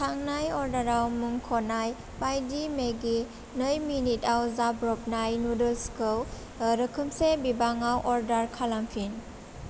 थांनाय अर्डाराव मुंख'नाय बायदि मेगि नै मिनिटाव जाब्रबनाय नुदोल्सखौ रोखोमसे बिबाङाव अर्डार खालामफिन